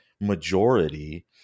majority